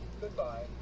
Goodbye